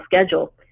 schedule